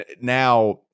Now